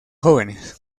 jóvenes